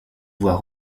voie